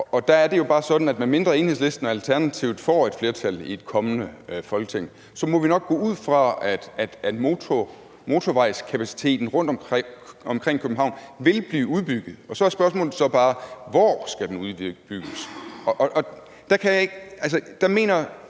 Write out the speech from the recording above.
Der er det jo bare sådan, at medmindre Enhedslisten og Alternativet får et flertal i et kommende Folketing, må vi nok gå ud fra, at motorvejskapaciteten rundt omkring København vil blive udbygget. Så er spørgsmålet bare: Hvor skal den udbygges? Og der mener Enhedslisten